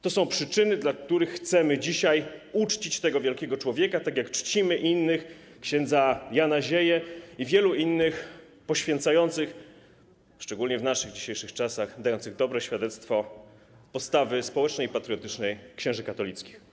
To są przyczyny, dla których chcemy dzisiaj uczcić tego wielkiego człowieka, tak jak czcimy innych, ks. Jana Zieję i wielu innych poświęcających się, szczególnie w naszych dzisiejszych czasach dających dobre świadectwo postawy społecznej i patriotycznej księży katolickich.